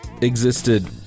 existed